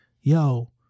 yo